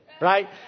Right